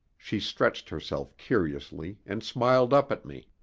she stretched herself curiously and smiled up at me.